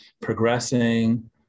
progressing